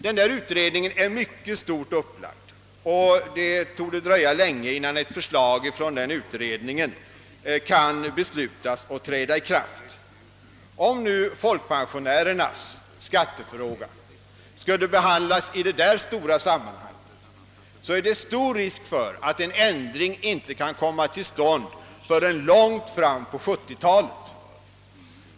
Denna utredning är mycket stort upplagd, och det torde dröja länge innan ett förslag kan antagas och träda i kraft. Om folkpensionärernas skattefråga skall behandlas i detta stora sammanhang föreligger stor risk för att en ändring inte kan komma till stånd förrän långt fram på 1970 talet.